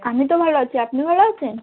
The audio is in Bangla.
আমি তো ভালো আছি আপনি ভালো আছেন